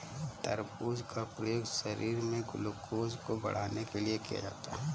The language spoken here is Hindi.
तरबूज का प्रयोग शरीर में ग्लूकोज़ को बढ़ाने के लिए किया जाता है